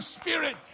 spirit